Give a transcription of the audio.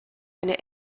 eine